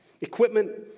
equipment